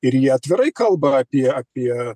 ir jie atvirai kalba apie apie